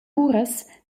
uras